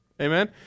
Amen